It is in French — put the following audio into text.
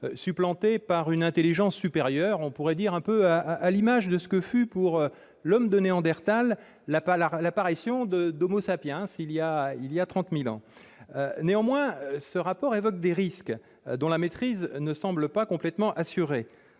supplanté par une intelligence supérieure, un peu à l'image de ce que fut, pour l'homme de Neandertal, l'apparition d'voilà 30 000 ans. Néanmoins, ce rapport évoque des risques, dont la maîtrise ne semble pas complètement assurée.